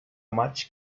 maig